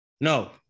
no